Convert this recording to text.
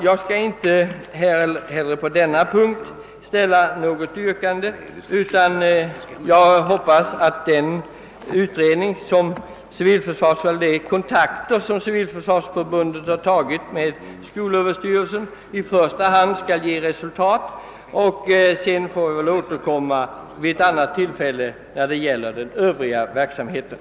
Jag skall inte heller på denna punkt ställa något yrkande, utan jag hoppas att de kontakter som civilförsvarsförbundet tagit med skolöverstyrelsen skall ge resultat. Jag får väl återkomma vid ett annat tillfälle när det gäller den övriga verksamheten.